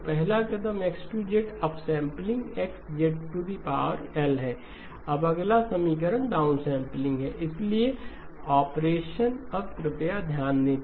तो पहला कदम X2 अपसम्पलिंगX है X2 X अब अगला समीकरण डाउनसैंपलिंग है Y21M k0M 1X2Z1MWkM इसलिए ऑपरेशन अब कृपया ध्यान दें